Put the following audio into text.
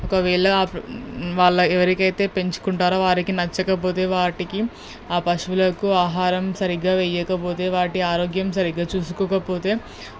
ఒకవేళ వాళ్ళు ఎవరికైతే పెంచుకుంటారో వారికి నచ్చకపోతే వాటికి ఆ పశువులకు ఆహారం సరిగ్గా వెయ్యకపోతే వాటి ఆరోగ్యం సరిగ్గా చూసుకోకపోతే